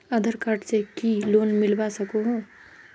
आधार card से की loan मिलवा सकोहो?